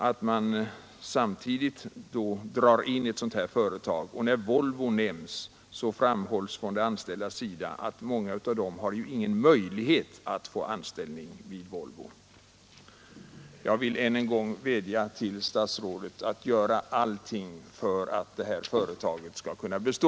Beträffande Volvo, som har nämnts i detta sammanhang, framhålls från de anställda att många av dem inte har någon möjlighet att få anställning vid detta företag. Jag vill än en gång vädja till statsrådet att göra allt för att Kalmar verkstads AB skall kunna bestå.